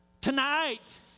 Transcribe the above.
tonight